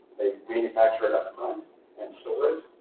they manufacture it up front and store it,